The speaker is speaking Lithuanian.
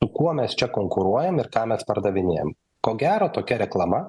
su kuo mes čia konkuruojam ir ką mes pardavinėjam ko gero tokia reklama